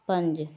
ਪੰਜ